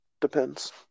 depends